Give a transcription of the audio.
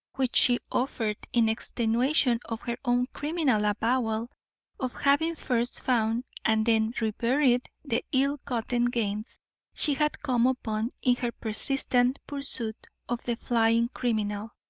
which she offered in extenuation of her own criminal avowal of having first found and then reburied the ill-gotten gains she had come upon in her persistent pursuit of the flying criminal.